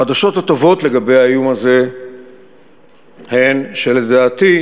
החדשות הטובות לגבי האיום הזה הן שלדעתי,